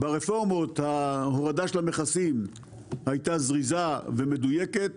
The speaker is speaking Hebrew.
ברפורמות ההורדה של המכסים היתה זריזה ומדויקת,